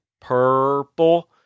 purple